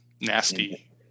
nasty